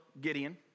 Gideon